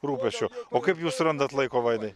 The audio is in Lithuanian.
rūpesčių o kaip jūs surandat laiko vaidai